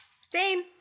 Stain